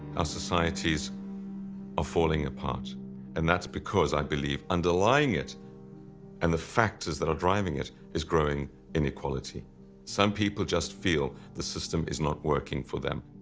our societies are falling apart and that's because, i believe underlying it and the factors that are driving it is growing inequality some people just feel the system is not working for them.